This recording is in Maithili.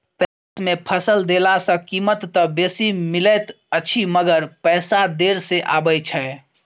पैक्स मे फसल देला सॅ कीमत त बेसी मिलैत अछि मगर पैसा देर से आबय छै